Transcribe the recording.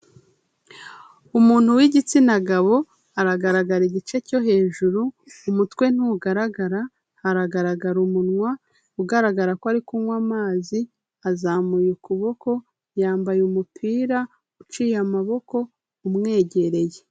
Umuntu w'igitsina gabo aragaragara igice cyo hejuru, umutwe ntugaragara haragaragara umunwa ugaragara ko ari kunywa amazi, azamuye ukuboko, yambaye umupira uciye amaboko umwegereye.